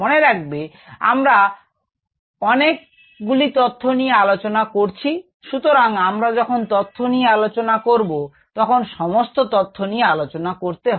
মনে রাখবে আমরা অনেক গুলি তথ্য নিয়ে আলোচনা করছি সুতরাং আমরা যখন তথ্য নিয়ে আলোচনা করব তখন সমস্ত তথ্য নিয়ে আলোচনা করতে হবে